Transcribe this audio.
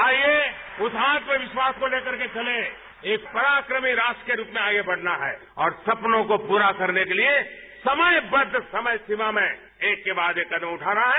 आइए उस आत्मविश्वास को लेकर चलें एक पराक्रमी राष्ट्र के रूप में आगे बढ़ना है और सपनों को पूरा करने के लिए समयबद्ध समय सीमा में एक के बाद एक अनूठा रहा है